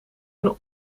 een